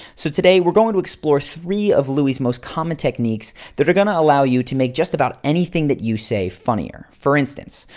so today, we're going to explore three of louis' most common techniques that are going to allow you to make just about anything that you say funnier. for instance,